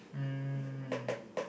um